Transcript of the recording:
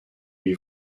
lui